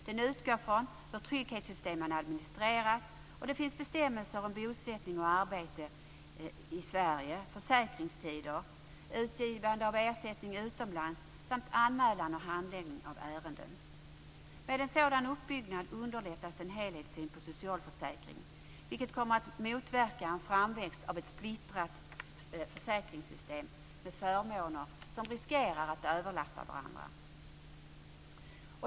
Den utgår från hur trygghetssystemen administreras, och det finns bestämmelser om bosättning och arbete i Med en sådan uppbyggnad underlättas en helhetssyn på socialförsäkringen, vilket kommer att motverka framväxten av ett splittrat försäkringssystem med förmåner som riskerar att överlappa varandra.